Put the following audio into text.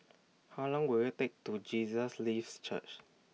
How Long Will IT Take to Jesus Lives Church